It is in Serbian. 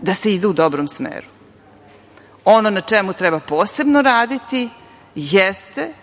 da se ide u dobrom smeru. Ono na čemu treba posebno raditi jeste